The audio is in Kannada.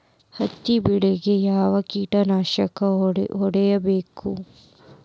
ಹತ್ತಿ ಬೆಳೇಗ್ ಯಾವ್ ಕೇಟನಾಶಕ ಹೋಡಿಬೇಕು?